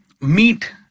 meet